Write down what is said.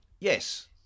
Yes